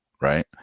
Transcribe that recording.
right